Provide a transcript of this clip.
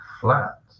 flat